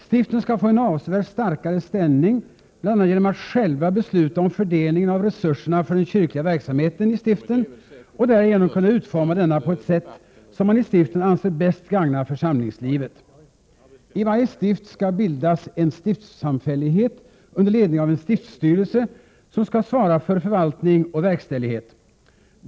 Stiften skall få en avsevärt starkare ställning, bl.a. genom att själva besluta om fördelningen av resurserna för den kyrkliga verksamheten i stiften och därigenom kunna utforma denna på det sätt som man i stiften anser bäst gagnar församlingslivet. I varje stift skall bildas en stiftssamfällighet under ledning av en stiftsstyrelse, som skall svara för förvaltning och verkställighet.